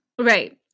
Right